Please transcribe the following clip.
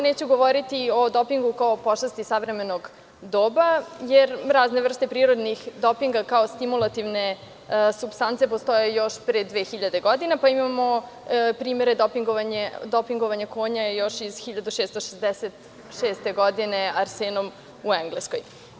Neću sada govoriti o dopingu kao pošasti savremenog doba jer razne vrste prirodnih dopinga kao stimulativne supstance postoje još pre 2000 godina, pa imamo primere dopingovanja konja još iz 1666. godine arsenom u Engleskoj.